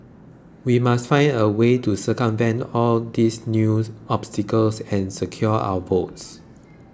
we must find a way to circumvent all these new obstacles and secure our votes